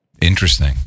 Interesting